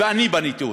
ואני בניתי אותו.